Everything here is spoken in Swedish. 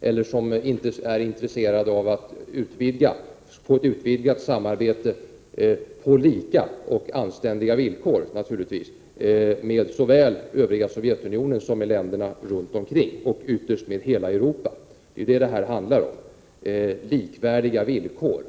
Jag har inte heller hört talas om någon som inte är intresserad av att få ett utvidgat samarbete — naturligtvis på lika och anständiga villkor — med såväl övriga Sovjetunionen som länderna runt omkring och ytterst med hela Europa. Vad det handlar om är ju att få likvärdiga villkor